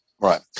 Right